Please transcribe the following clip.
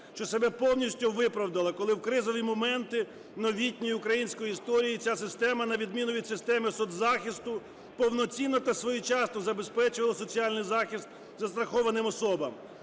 що себе повністю виправдала, коли в кризові моменти у новітній українській історії ця система, на відміну від системи соцзахисту повноцінно та своєчасно забезпечувала соціальний захист застрахованим особам.